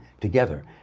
together